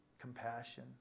compassion